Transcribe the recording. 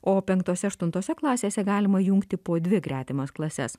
o penktose aštuntose klasėse galima jungti po dvi gretimas klases